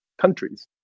countries